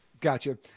Gotcha